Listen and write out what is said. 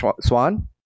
Swan